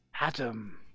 adam